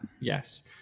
yes